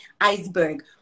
iceberg